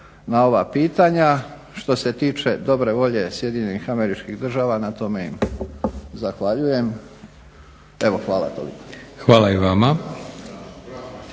na ova pitanja. Što se tiče dobre volje Sjedinjenih Američkih Država na tome im zahvaljujem. Evo hvala. Toliko. **Leko, Josip